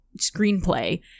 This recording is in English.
screenplay